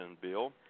bill